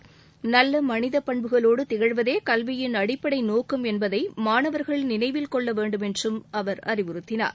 வேலை பார்ப்பதை விட நல்ல மனித பண்புகளோடு திகழ்வதே கல்வியின் அடிப்படை நோக்கம் என்பதை மாணவர்கள் நினைவில் கொள்ளவேண்டும் என்றும் அவர் அறிவுறுத்தினார்